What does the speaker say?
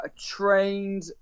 trained